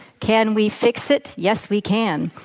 can we fix it? yes, we can.